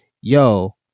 yo